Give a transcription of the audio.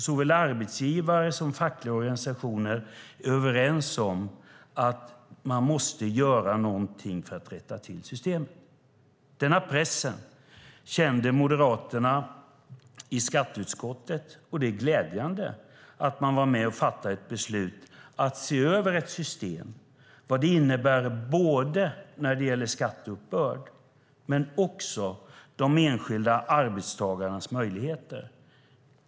Såväl arbetsgivare som fackliga organisationer är överens om att man måste göra någonting för att rätta till systemet. Denna press kände moderaterna i skatteutskottet, och det är glädjande att man var med och fattade ett beslut om att se över ett system både vad gäller skatteuppbörd och de enskilda arbetstagarnas möjligheter.